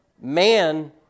man